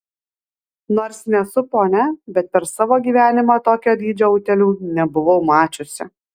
nors nesu ponia bet per savo gyvenimą tokio dydžio utėlių nebuvau mačiusi